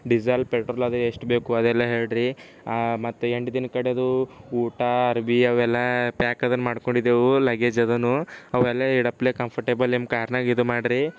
diesel petrol ಅದು ಎಷ್ಟು ಬೇಕು ಅದೆಲ್ಲ ಹೇಳ್ರೀ ಮತ್ತೆ ಎಂಟು ದಿನ ಕಡೆದು ಊಟ ಅರ್ಬಿ ಅವೆಲ್ಲ ಪ್ಯಾಕ್ ಅದನ್ನು ಮಾಡ್ಕೊಂಡಿದ್ದೆವು ಲಗೇಜ್ ಅದನ್ನು ಅವಲ್ಲೇ ಇಡಪ್ಲೇ ಕಂಫರ್ಟೇಬಲ್ ನಿಮ್ಮ ಕಾರ್ನಾಗೆ ಇದು ಮಾಡ್ರಿ